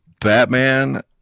Batman